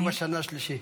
יום השנה השלישי.